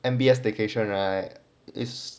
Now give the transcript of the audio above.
M_B_S staycation right is